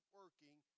working